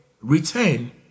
return